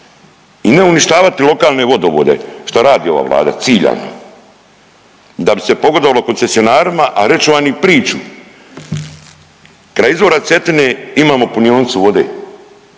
i ne uništavati lokalne vodovode šta radi ova Vlada ciljano da bi se pogodovalo koncesionarima, a reći ću vam i priču. Kraj izvora Cetine imamo punionicu vode